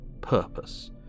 purpose